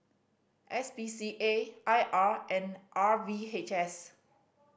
S P C A I R and R V H S